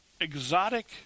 exotic